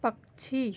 पक्षी